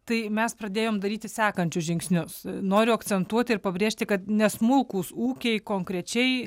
tai mes pradėjom daryti sekančius žingsnius noriu akcentuoti ir pabrėžti kad ne smulkūs ūkiai konkrečiai